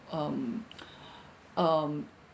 um um